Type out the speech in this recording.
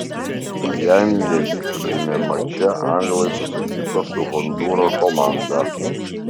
majamyje vykusiame mače anglai susitiko su hondūro komanda